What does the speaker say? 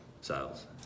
sales